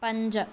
पंज